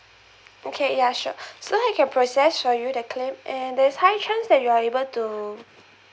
okay ya sure so I can process for you the claim and there's high chance that you are able to